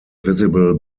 visible